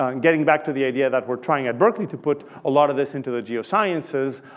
um getting back to the idea that we're trying at berkeley to put a lot of this into the geosciences,